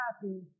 happy